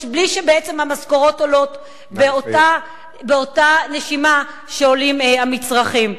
בלי שהמשכורות עולות באותה נשימה שעולים מחירי המצרכים.